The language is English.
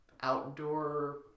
outdoor